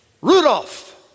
Rudolph